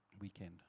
weekend